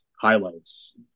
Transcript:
highlights